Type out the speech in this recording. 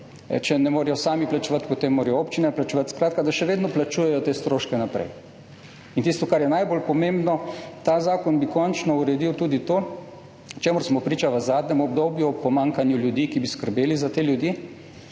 če ne morejo sami plačevati, potem morajo občine plačevati – še vedno plačujejo te stroške. In tisto, kar je najbolj pomembno, ta zakon bi končno uredil tudi to, čemur smo priča v zadnjem obdobju, pomanjkanju ljudi, ki bi skrbeli za te ljudi,